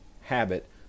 habit